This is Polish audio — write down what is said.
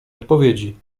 odpowiedzi